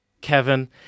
Kevin